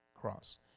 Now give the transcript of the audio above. cross